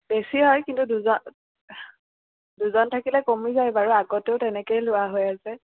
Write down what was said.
বেছি হয় কিন্তু দুজন দুজন থাকিলে কমি যায় বাৰু আগতেও তেনেকৈ লোৱা হৈ আছে